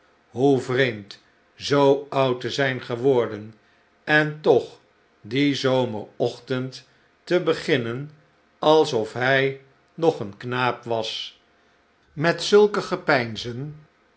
zoo oud te zijn geworden en toch dien zomerochtend te beginnen alsof hij nog een knaap was met zulke gepeinzen